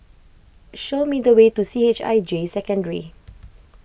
show me the way to C H I J Secondary